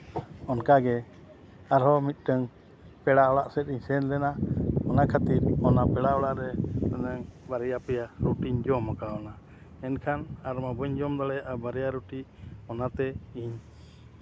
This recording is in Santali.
ᱚᱱᱠᱟ ᱜᱮ ᱟᱨᱦᱚᱸ ᱢᱤᱫᱴᱮᱱ ᱯᱮᱲᱟ ᱚᱲᱟᱜ ᱥᱮᱫ ᱥᱮᱱ ᱞᱮᱱᱟ ᱚᱱᱟ ᱠᱷᱟᱹᱛᱤᱨ ᱚᱱᱟ ᱯᱮᱲᱟ ᱚᱲᱟᱜ ᱨᱮ ᱵᱟᱨᱭᱟ ᱯᱮᱭᱟ ᱨᱩᱴᱤᱧ ᱡᱚᱢ ᱠᱟᱣᱱᱟ ᱮᱱᱠᱷᱟᱱ ᱟᱨ ᱚᱱᱟ ᱵᱟᱹᱧ ᱡᱚᱢ ᱫᱟᱲᱮᱭᱟᱜᱼᱟ ᱵᱟᱨᱭᱟ ᱨᱩᱴᱤ ᱚᱱᱟᱛᱮ ᱤᱧ